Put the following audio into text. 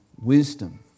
wisdom